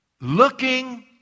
looking